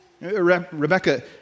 Rebecca